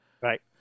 Right